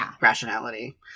rationality